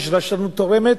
ויש רשלנות תורמת,